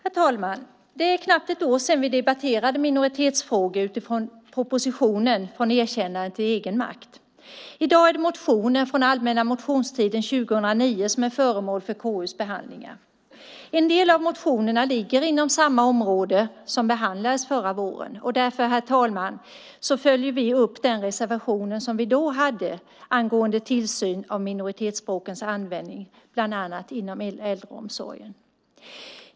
Herr talman! Det är knappt ett år sedan vi debatterade minoritetsfrågor utifrån propositionen Från erkännande till egenmakt . I dag är det motioner från allmänna motionstiden 2009 som är föremål för KU:s behandlingar. En del av motionerna ligger inom samma område som behandlades förra våren. Därför följer vi upp den reservation som vi hade då angående tillsyn av minoritetsspråkens användning, bland annat inom äldreomsorgen.